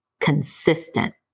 consistent